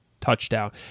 touchdown